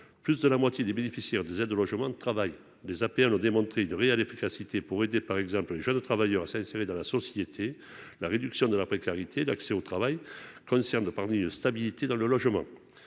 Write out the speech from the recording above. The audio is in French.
plus de la moitié des bénéficiaires des aides au logement, de travail, des appels ont démontré une réelle efficacité pour aider par exemple un jeune travailleur à s'insérer dans la société, la réduction de la précarité d'accès au travail concerne de stabilité dans le logement,